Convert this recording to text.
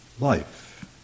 life